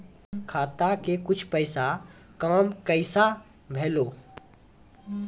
खाता के कुछ पैसा काम कैसा भेलौ?